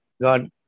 God